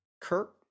kurt